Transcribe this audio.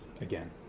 again